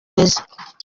neza